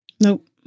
Nope